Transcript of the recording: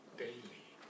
daily